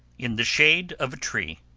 in the shade of a tree.